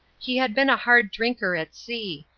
he had been a hard drinker at sea,